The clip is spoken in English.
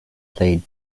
played